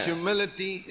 Humility